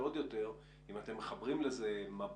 יותר כשאתם מחברים לזה את מב"ר,